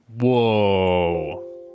Whoa